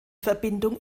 verbindung